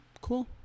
cool